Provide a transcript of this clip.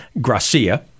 Gracia